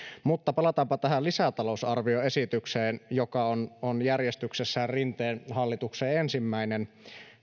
mutta palataanpa tähän lisätalousarvioesitykseen joka on on järjestyksessään rinteen hallituksen ensimmäinen